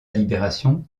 libération